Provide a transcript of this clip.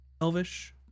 elvish